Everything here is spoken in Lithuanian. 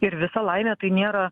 ir visa laimė tai nėra